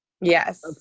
Yes